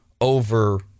over